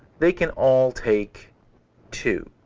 they can all take two.